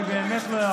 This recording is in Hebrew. משה, אני באמת לא יכול